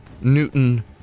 Newton